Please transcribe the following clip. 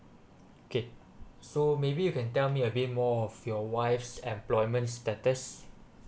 okay so maybe you can tell me a bit more of your wife employment status